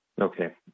Okay